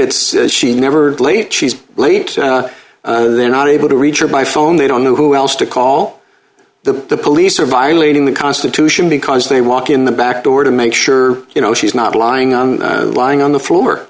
it's she's never late she's late they're not able to reach her by phone they don't know who else to call the police or violating the constitution because they walk in the back door to make sure you know she's not lying on lying on the floor